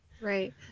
right